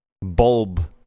bulb